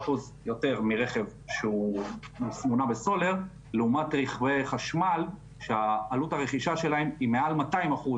מרכב שהוא מונע בסולר לעומת רכבי חשמל שהעלות רכישה שלהם היא מעל 200%